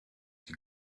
die